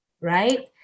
right